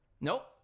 Nope